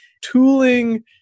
tooling